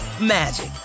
magic